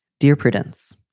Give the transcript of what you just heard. dear prudence,